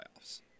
playoffs